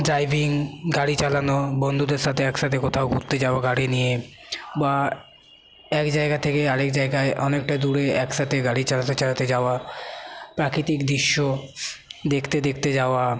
driving গাড়ি চালানো বন্ধুদের সাথে এক সাথে কোথাও ঘুরতে যাবো গাড়ি নিয়ে বা এক জায়গা থেকে আরেক জায়গায় অনেকটা দূরে একসাথে গাড়ি চালাতে চালাতে যাওয়া প্রাকৃতিক দৃশ্য দেখতে দেখতে যাওয়া